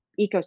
ecosystem